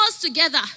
together